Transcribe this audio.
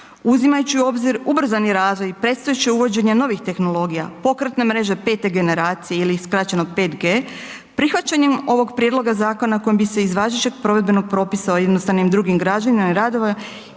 Uzimajući u obzir ubrzani razvoj i predstojeće uvođenje novi tehnologija, pokretne mreže 5. generacije ili skraćeno 5G, prihvaćenjem ovog prijedloga zakona kojim bi se iz važećeg provedbenog propisa o jednostavnim i drugim građevinama i radovima